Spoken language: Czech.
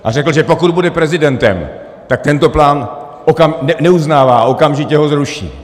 A řekl, že pokud bude prezidentem, tak tento plán neuznává a okamžitě ho zruší.